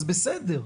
אז בסדר.